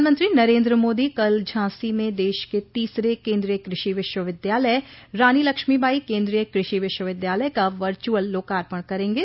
प्रधानमंत्री नरेन्द्र मोदी कल झांसी में देश के तीसरे केन्द्रीय कृषि विश्वविद्यालय रानी लक्ष्मी बाई केन्द्रीय कृषि विश्वविद्यालय का वर्च्रअल लोकार्पण करेंगे